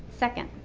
second,